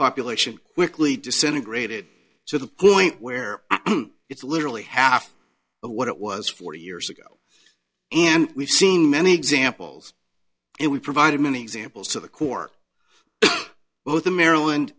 population quickly disintegrated to the point where it's literally half of what it was forty years ago and we've seen many examples and we provided many examples to the core of both the maryland